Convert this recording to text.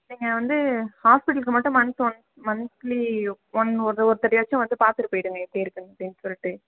நீங்கள் வந்து ஹாஸ்ப்பிட்டல்க்கு மட்டும் மந்த் ஒன்ஸ் மன்த்லி ஒன் ஒர் ஒரு தடையாச்சும் வந்து பார்த்துரு போய்விடுங்க எப்படி இருக்குன்ட்டு சொல்லிட்டு